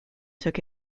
took